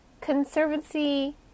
Conservancy